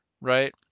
right